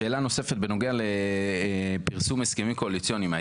שאלה נוספת בנוגע לפרסום הסכמים קואליציוניים,